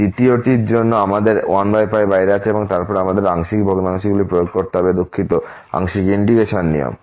দ্বিতীয়টির জন্য আমাদের 1 বাইরে আছে এবং তারপরে আমাদের এই আংশিক ভগ্নাংশগুলি প্রয়োগ করতে হবে দুখিত আংশিক ইন্টিগ্রেশন নিয়ম